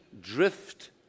drift